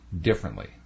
differently